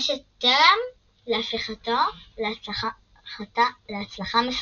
מה שתרם להפיכתו להצלחה מסחררת.